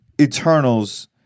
Eternals